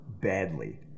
badly